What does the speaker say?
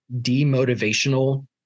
demotivational